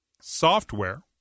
software